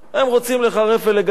הם רוצים לחרף ולגדף?